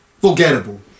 Forgettable